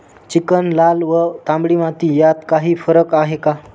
Chicken, लाल व तांबडी माती यात काही फरक आहे का?